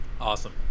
awesome